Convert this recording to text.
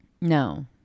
No